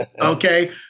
okay